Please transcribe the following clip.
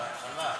בהתחלה.